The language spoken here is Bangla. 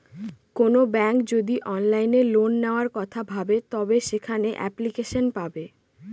কোনো ব্যাঙ্ক যদি অনলাইনে লোন নেওয়ার কথা ভাবে তবে সেখানে এপ্লিকেশন পাবে